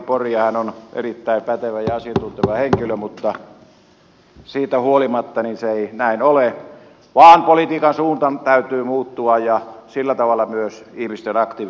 hän on erittäin pätevä ja asiantunteva henkilö mutta siitä huolimatta se ei näin ole vaan politiikan suunnan täytyy muuttua ja sillä tavalla myös ihmisten aktiivisuus lisääntyy vaaleissa